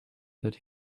that